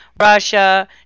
Russia